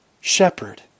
shepherd